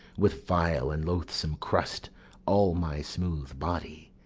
with vile and loathsome crust all my smooth body.